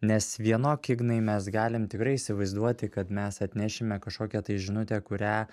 nes vienok ignai mes galim tikrai įsivaizduoti kad mes atnešime kažkokią tai žinutę kurią